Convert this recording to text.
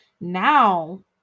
now